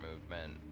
movement